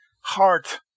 heart